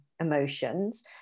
emotions